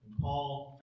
Paul